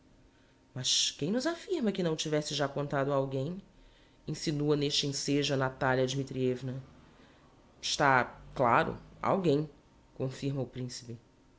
mas quem nos affirma que o não tivesse já contado a alguem insinua n'este ensejo a natalia dmitrievna está claro a alguem confirma o principe